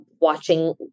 watching